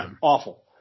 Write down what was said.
awful